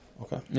okay